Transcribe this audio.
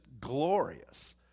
glorious